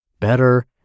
better